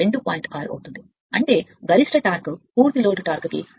6 అవుతుంది అంటే గరిష్ట టార్క్ పూర్తి లోడ్ టార్క్ 2